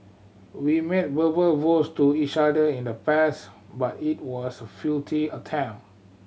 we made verbal vows to each other in the past but it was a futile attempt